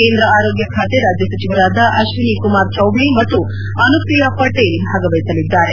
ಕೇಂದ್ರ ಆರೋಗ್ಯ ಖಾತೆ ರಾಜ್ಯ ಸಚಿವರಾದ ಅಶ್ವಿನಿ ಕುಮಾರ್ ಚೌದೆ ಮತ್ತು ಅನುಪ್ರಿಯ ಪಟೇಲ್ ಭಾಗವಹಿಸಲಿದ್ದಾರೆ